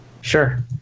Sure